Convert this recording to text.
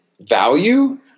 value